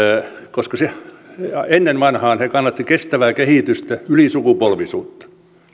ennen vanhaan he kannattivat kestävää kehitystä ylisukupolvisuutta